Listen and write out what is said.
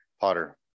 Potter